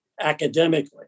academically